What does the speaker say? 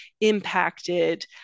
impacted